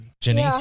Jenny